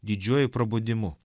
didžiuoju prabudimu